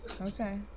okay